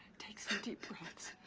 take some deep breaths.